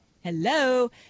Hello